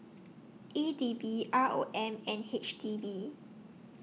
E D B R O M and H D B